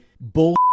bull******